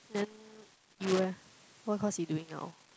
then you eh what course you doing now